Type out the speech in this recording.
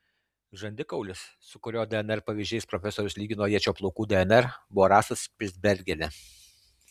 žandikaulis su kurio dnr pavyzdžiais profesorius lygino ječio plaukų dnr buvo rastas špicbergene